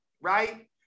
right